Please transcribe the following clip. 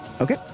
Okay